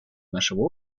нашего